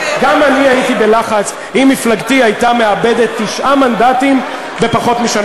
גם אני הייתי בלחץ אם מפלגתי הייתה מאבדת תשעה מנדטים בתוך פחות משנה.